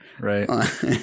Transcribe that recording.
Right